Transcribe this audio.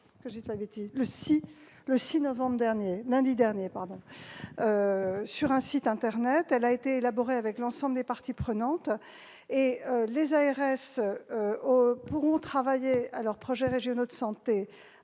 le 6 novembre dernier sur un site internet. Elle a été élaborée avec l'ensemble des parties prenantes. Les ARS pourront travailler sur leurs projets régionaux de santé